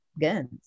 guns